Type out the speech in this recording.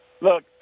look